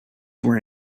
were